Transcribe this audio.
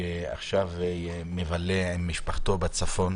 שעכשיו מבלה עם משפחתו בצפון,